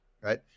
right